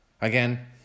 Again